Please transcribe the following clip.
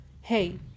hey